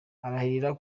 arahirira